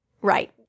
Right